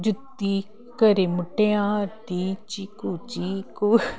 ਜੁੱਤੀ ਕਰੇ ਮੁਟਿਆਰ ਦੀ ਚੀਕੂ ਚੀਕੂ